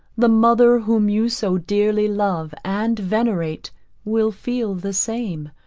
the mother whom you so dearly love and venerate will feel the same,